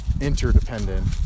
interdependent